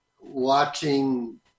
watching